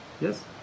Yes